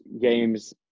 games